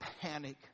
panic